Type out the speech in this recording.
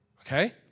okay